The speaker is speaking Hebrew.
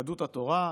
יהדות התורה,